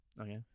Okay